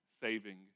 saving